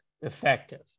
effective